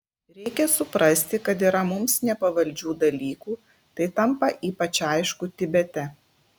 reikia suprasti kad yra mums nepavaldžių dalykų tai tampa ypač aišku tibete